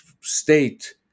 state